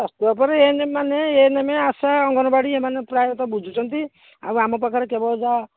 ସ୍ୱାସ୍ଥ୍ୟ ଉପରେ A N M ମାନେ A N M ASHA anganwadi ଏମାନେ ପ୍ରାୟତଃ ବୁଝୁଛନ୍ତି ଆଉ ଆମ ପାଖରେ କେବଳ ଯାହା